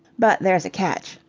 but there's a catch.